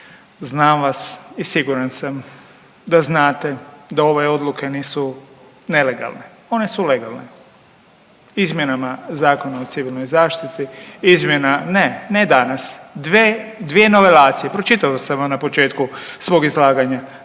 Znam vas i siguran sam da znate da ove odluke nisu nelegalne, one su legalne, izmjenama Zakona o civilnoj zaštiti, izmjena, ne, ne danas, dvije novelacije, pročitao sam vam na početku svog izlaganja,